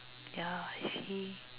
ya I see